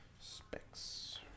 specs